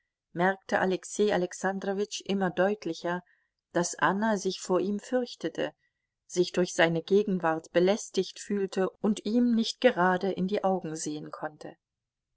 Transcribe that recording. merkte alexei alexandrowitsch immer deutlicher daß anna sich vor ihm fürchtete sich durch seine gegenwart belästigt fühlte und ihm nicht gerade in die augen sehen konnte